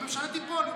הממשלה תיפול.